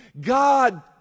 God